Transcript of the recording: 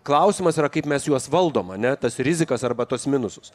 klausimas yra kaip mes juos valdom ane tas rizikas arba tuos minusus